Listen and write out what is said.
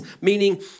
meaning